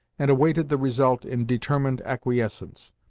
and awaited the result in determined acquiescence.